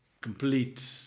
complete